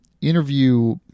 interview